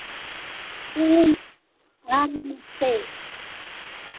तीन हाँ नमस्ते